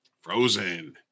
Frozen